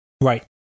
Right